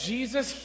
Jesus